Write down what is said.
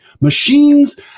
machines